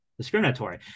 discriminatory